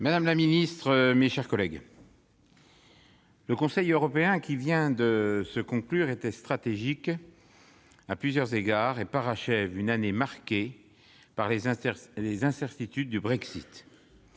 madame la secrétaire d'État, mes chers collègues, le Conseil européen qui vient de se conclure était stratégique à plusieurs égards. Il parachève une année marquée par les incertitudes du Brexit,